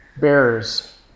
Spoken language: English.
bearers